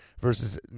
versus